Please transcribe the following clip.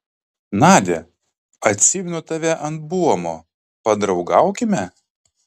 nadia atsimenu tave ant buomo padraugaukime